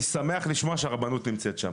אני שמח לשמוע שהרבנות נמצאת שם.